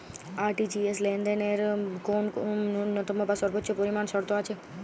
RTGS লেনদেনের জন্য কোন ন্যূনতম বা সর্বোচ্চ পরিমাণ শর্ত আছে?